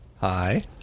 Hi